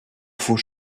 faut